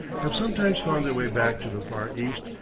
have sometimes found their way back to the far east,